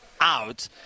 out